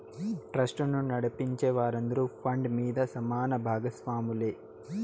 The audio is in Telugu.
ట్రస్టును నడిపించే వారందరూ ఫండ్ మీద సమాన బాగస్వాములే